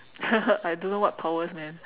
I don't know what powers man